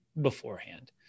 beforehand